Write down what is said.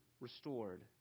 restored